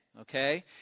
Okay